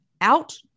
out